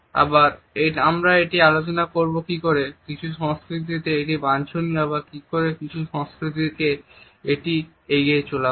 আবার আমরা এটি আলোচনা করব কি করে কিছু সংস্কৃতিতে এটি বাঞ্ছনীয় আবার কি করে কিছু সংস্কৃতিতে এটি এড়িয়ে চলা হয়